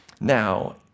Now